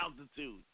altitude